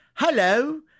Hello